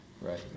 Right